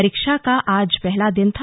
परीक्षा का आज पहला दिन था